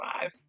five